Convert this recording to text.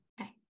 Okay